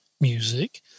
music